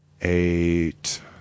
Eight